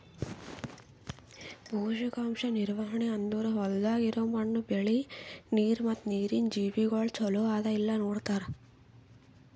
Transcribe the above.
ಪೋಷಕಾಂಶ ನಿರ್ವಹಣೆ ಅಂದುರ್ ಹೊಲ್ದಾಗ್ ಇರೋ ಮಣ್ಣು, ಬೆಳಿ, ನೀರ ಮತ್ತ ನೀರಿನ ಜೀವಿಗೊಳ್ ಚಲೋ ಅದಾ ಇಲ್ಲಾ ನೋಡತಾರ್